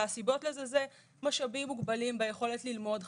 הסיבות לזה הן משאבים מוגבלים ביכולת ללמוד חקיקה,